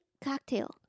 cocktail